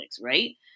right